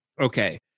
Okay